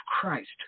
Christ